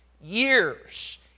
years